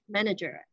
Manager